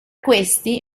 questi